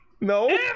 No